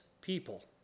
people